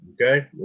Okay